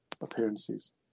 appearances